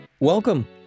Welcome